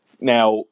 Now